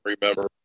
remember